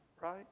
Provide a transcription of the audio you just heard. right